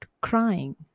crying